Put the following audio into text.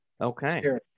okay